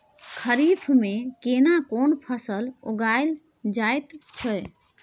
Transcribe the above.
खरीफ में केना कोन फसल उगायल जायत छै?